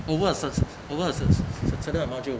over a cers~ over a cersc~ certain amount 就